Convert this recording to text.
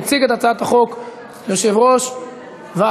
מציג את הצעת החוק יושב-ראש ועדת